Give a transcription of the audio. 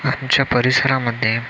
आमच्या परिसरामध्ये